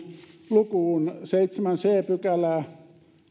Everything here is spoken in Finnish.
lukuun seitsemättä c pykälää